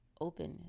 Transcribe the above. openness